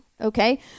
okay